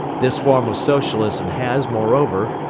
this form of socialism has, moreover,